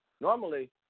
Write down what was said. normally